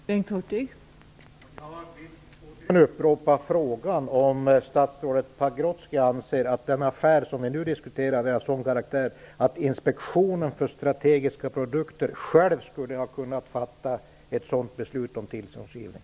Fru talman! Jag vill återigen upprepa frågan om statsrådet Pagrotsky anser att den affär som vi nu diskuterar är av sådan karaktär att Inspektionen för strategiska produkter själv skulle ha kunnat fatta ett sådant beslut om tillståndsgivning.